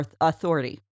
authority